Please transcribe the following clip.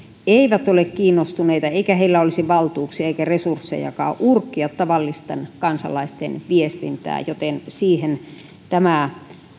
eivät ole kiinnostuneita eikä heillä olisi valtuuksia eikä resurssejakaan urkkia tavallisten kansalaisten viestintää joten siihen tämä